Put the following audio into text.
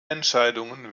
entscheidungen